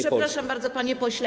Przepraszam bardzo, panie pośle.